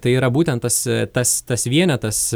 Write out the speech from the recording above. tai yra būtent tas tas tas vienetas